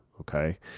Okay